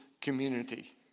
community